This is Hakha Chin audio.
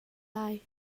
lai